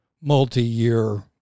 multi-year